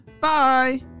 Bye